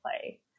play